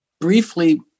briefly